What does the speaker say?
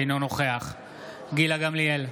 אינו נוכח גילה גמליאל,